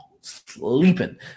sleeping